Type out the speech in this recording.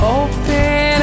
open